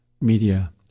media